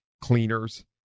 cleaners